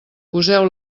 poseu